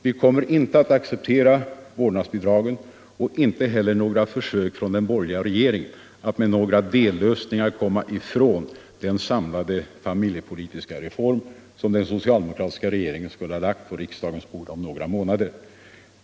Vi kommer inte att acceptera vårdnadsbidragen och inte heller några försök från den borgerliga regeringen att med dellösningar komma ifrån den samlade familjepolitiska reform som den socialdemokratiska regeringen skulle ha lagt på riksdagens bord om några månader.